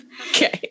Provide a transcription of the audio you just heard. Okay